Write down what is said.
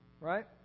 Right